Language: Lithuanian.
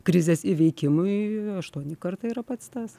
krizės įveikimui aštuoni kartai yra pats tas